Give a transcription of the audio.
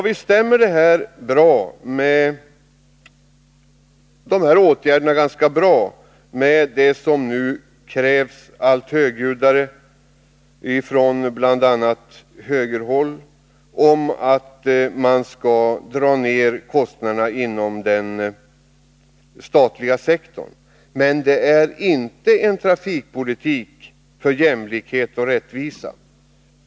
Visst stämmer väl dessa åtgärder ganska bra överens med de högljudda kraven från bl.a. högerhåll på besparingar inom den statliga sektorn, men det är inte en trafikpolitik för jämlikhet och rättvisa.